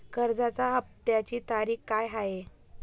कर्जाचा हफ्त्याची तारीख काय आहे?